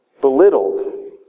belittled